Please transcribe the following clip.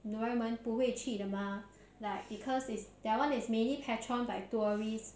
人们不会去的吗 like because is that [one] is mainly patron by tourists